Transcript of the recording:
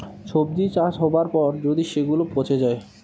সবজি চাষ হবার পর যদি সেগুলা পচে যায়